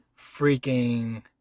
freaking